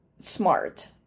Smart